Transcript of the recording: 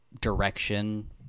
direction